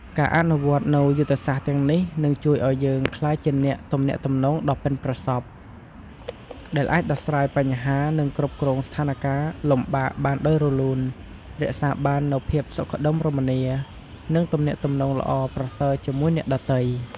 ការអនុវត្តន៍នូវយុទ្ធសាស្ត្រទាំងនេះ នឹងជួយឲ្យយើងក្លាយជាអ្នកទំនាក់ទំនងដ៏ប៉ិនប្រសប់ ដែលអាចដោះស្រាយបញ្ហា និងគ្រប់គ្រងស្ថានការណ៍លំបាកបានដោយរលូន រក្សាបាននូវភាពសុខដុមរមនា និងទំនាក់ទំនងល្អប្រសើរជាមួយអ្នកដទៃ។